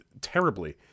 terribly